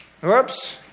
Whoops